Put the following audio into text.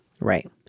Right